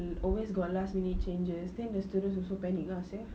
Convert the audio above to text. always got last minute changes then the students also panic ah sia